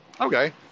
Okay